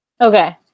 Okay